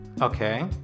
Okay